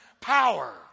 power